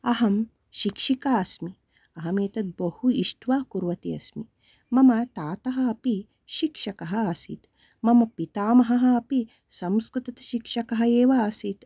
अहं शिक्षिका अस्मि अहम् एतत् बहु इष्ट्वा कुर्वती अस्मि मम तातः अपि शिक्षकः आसीत् मम पितामहः अपि संस्कृतशिक्षकः एव आसीत्